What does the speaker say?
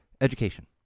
Education